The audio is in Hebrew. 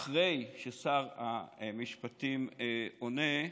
אחרי ששר המשפטים עונה,